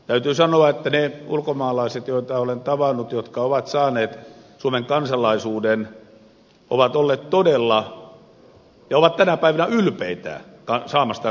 täytyy sanoa että ne ulkomaalaiset joita olen tavannut jotka ovat saaneet suomen kansalaisuuden ovat olleet todella ja ovat tänä päivänä ylpeitä saamastaan kansalaisuudesta